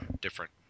different